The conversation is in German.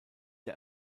der